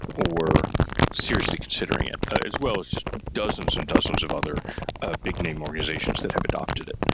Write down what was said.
or seriously considering it. as well as just dozens and dozens of other ah big-name organizations that have adapted it.